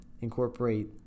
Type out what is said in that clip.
incorporate